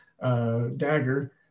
dagger